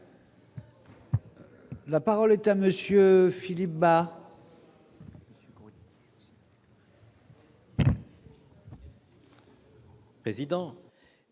La parole est à monsieur Philippe Bas. Président,